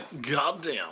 Goddamn